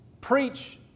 Preach